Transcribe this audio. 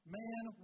man